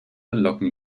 locken